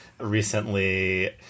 recently